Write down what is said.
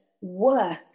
worth